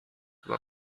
were